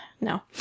no